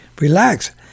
relax